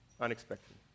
Unexpected